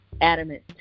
adamant